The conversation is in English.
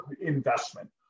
investment